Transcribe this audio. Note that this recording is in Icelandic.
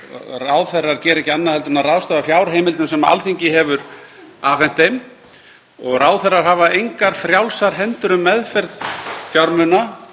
Ráðherrar gera ekki annað en að ráðstafa fjárheimildum sem Alþingi hefur afhent þeim. Ráðherrar hafa ekki frjálsar hendur um meðferð fjármuna